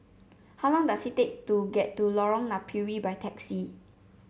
how long does it take to get to Lorong Napiri by taxi